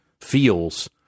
feels